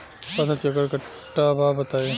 फसल चक्रण कट्ठा बा बताई?